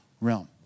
realm